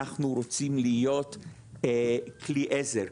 אנחנו רוצים להיות כלי עזר,